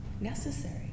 Necessary